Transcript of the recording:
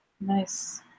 Nice